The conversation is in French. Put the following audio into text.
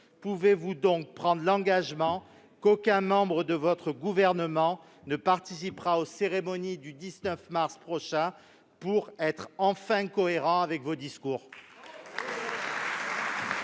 pouvez-vous donc prendre l'engagement qu'aucun membre de votre gouvernement ne participera aux cérémonies du 19 mars prochain, pour être enfin cohérent avec vos discours ?